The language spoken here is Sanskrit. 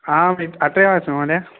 आम् अत्रैव अस्मि महोदय